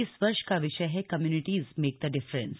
इस वर्ष का विषय है कम्युनिटीज मेक द डिफरेंस